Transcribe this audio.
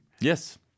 Yes